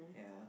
ya